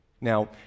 Now